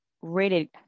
rated